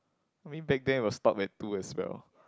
I mean back then was stop at two as well